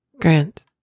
Grant